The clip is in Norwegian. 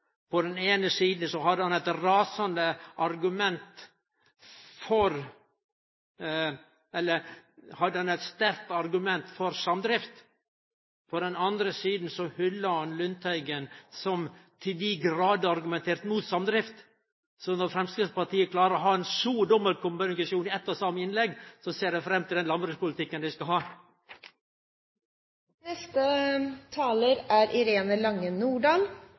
På den eine sida hadde han eit sterkt argument for samdrift. På den andre sida hylla han representanten Lundteigen, som til dei gradar argumenterte mot samdrift. Så når Framstegspartiet klarer å ha ein så tydeleg dobbeltkommunikasjon i eitt og same innlegg, ser eg fram til den landbrukspolitikken dei skal ha. Senterpartiet er